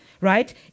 right